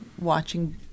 watching